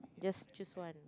just choose one